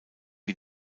wie